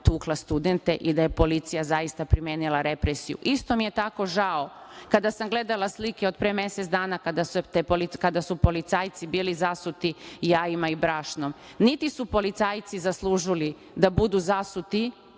tukla studente i da je policija zaista primenila represiju. Isto mi je tako žao, kada sam gledala slike od pre mesec dana, kada su policajci bili zasuti jajima i brašnom. Niti su policajci zaslužili da budu zasuti